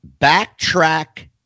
Backtrack